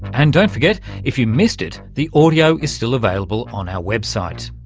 and don't forget, if you missed it, the audio is still available on our website.